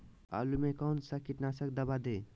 आलू में कौन सा कीटनाशक दवाएं दे?